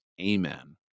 Amen